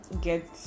get